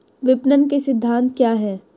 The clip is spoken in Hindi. विपणन के सिद्धांत क्या हैं?